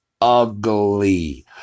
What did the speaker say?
ugly